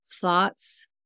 thoughts